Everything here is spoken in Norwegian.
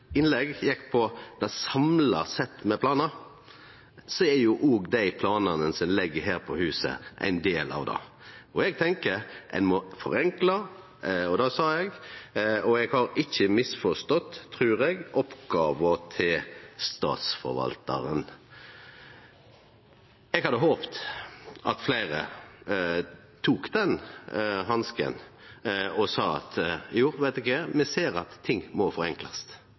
innlegg gjekk på det samla settet med planar, så er òg dei planane ein legg her på huset, ein del av det. Eg tenkjer ein må forenkle, det sa eg, og eg trur ikkje eg har misforstått oppgåva til Statsforvaltaren. Eg hadde håpt at fleire tok den hansken og sa: Jo, veit du kva, me ser at ting må forenklast,